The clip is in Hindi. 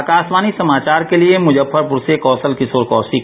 आकाशवाणी समाचार के लिए मुजफ्फरपुर से कौशल किशोर कौशिक